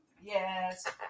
Yes